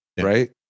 right